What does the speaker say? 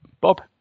Bob